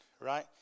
right